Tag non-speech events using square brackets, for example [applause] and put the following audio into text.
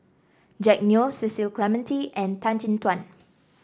Jack Neo Cecil Clementi and Tan Chin Tuan [noise]